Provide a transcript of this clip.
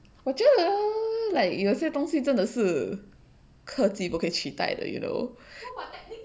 我觉得 like 有些东西真的是可知不可以取代的 you know